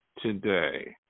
Today